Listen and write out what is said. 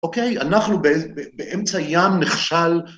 אוקיי? אנחנו באמצע ים נכשל...